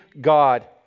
God